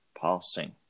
passing